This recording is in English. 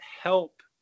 help